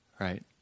right